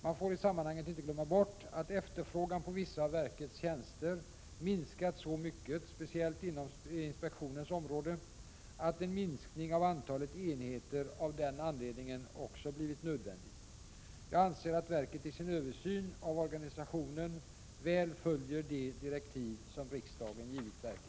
Man får i sammanhanget inte glömma bort att efterfrågan på vissa av verkets tjänster minskat så mycket, speciellt inom inspektionens område, att en minskning av antalet enheter av den anledningen också blivit nödvändig. Jag anser att verket i sin översyn av organisationen väl följer de direktiv som riksdagen givit verket.